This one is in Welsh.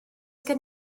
gen